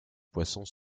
poisson